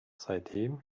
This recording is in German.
seitdem